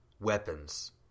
Weapons